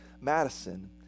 Madison